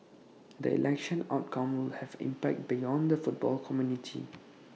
the election outcome will have impact beyond the football community